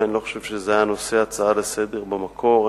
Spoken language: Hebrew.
אני לא חושב שזה היה נושא ההצעה לסדר-היום במקור.